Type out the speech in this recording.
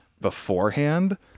beforehand